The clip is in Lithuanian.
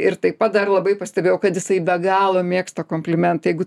ir taip pat dar labai pastebėjau kad jisai be galo mėgsta komplimentą jeigu